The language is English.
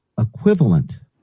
equivalent